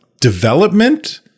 development